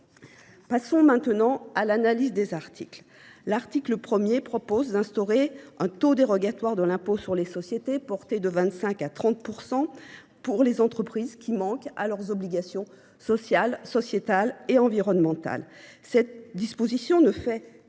Passons maintenant à l’analyse des articles. L’article 1 prévoit d’instaurer un taux dérogatoire de l’impôt sur les sociétés, qui serait porté de 25 % à 30 % pour les entreprises qui manquent à leurs obligations sociales, sociétales et environnementales. Cette disposition ne fait que rappeler